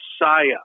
Messiah